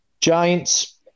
Giants